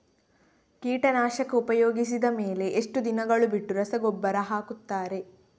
ಕೀಟನಾಶಕ ಉಪಯೋಗಿಸಿದ ಮೇಲೆ ಎಷ್ಟು ದಿನಗಳು ಬಿಟ್ಟು ರಸಗೊಬ್ಬರ ಹಾಕುತ್ತಾರೆ?